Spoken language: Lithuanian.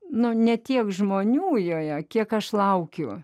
na ne tiek žmonių joje kiek aš laukiu